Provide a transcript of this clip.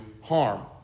harm